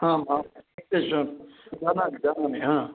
आम् आम् सत्य विषयं जानामि जानामि हा